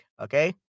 okay